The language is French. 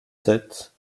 sept